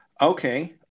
Okay